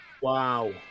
Wow